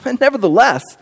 nevertheless